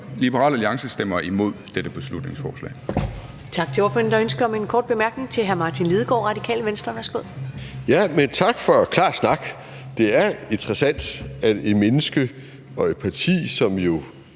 Liberal Alliance stemmer imod dette beslutningsforslag.